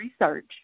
research